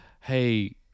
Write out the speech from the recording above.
hey